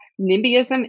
NIMBYism